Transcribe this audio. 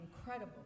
incredible